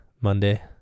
Monday